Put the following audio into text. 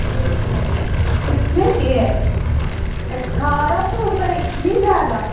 یہ کتنے کی ہے اٹھارہ سو روپیے اتنی زیادہ